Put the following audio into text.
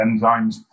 enzymes